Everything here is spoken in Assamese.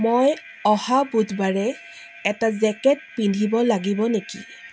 মই অহা বুধবাৰে এটা জেকেট পিন্ধিব লাগিব নেকি